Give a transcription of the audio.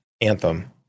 anthem